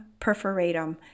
Perforatum